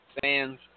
fans